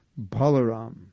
Balaram